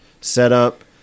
setup